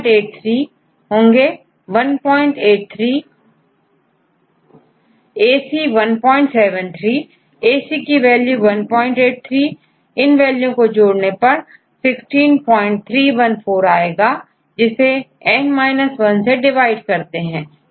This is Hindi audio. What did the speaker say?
की वैल्यू183 है इन वैल्यू को जोड़कर16314 आएगा जिसेn से डिवाइड करते हैं